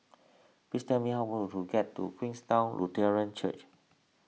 please tell me how get to Queenstown Lutheran Church